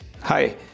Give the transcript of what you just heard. Hi